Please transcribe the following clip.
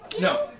No